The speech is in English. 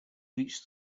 reached